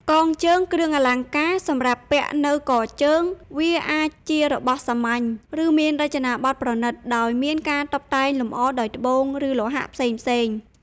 កងជើង គ្រឿងអលង្ការសម្រាប់ពាក់នៅកជើង វាអាចជារបស់សាមញ្ញ ឬមានរចនាបថប្រណិត ដោយមានការតុបតែងលម្អដោយត្បូង ឬលោហៈផ្សេងៗ។